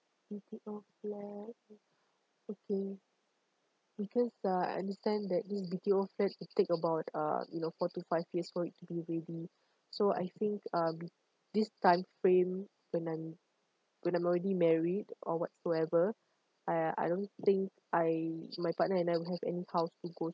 B_T_O flat okay because uh I understand that new B_T_O flat will take about uh you know four to five years for it to be ready so I think uh B this time frame when I'm when I'm already married or whatsoever I I don't think I my partner and I will have any house to go